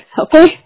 okay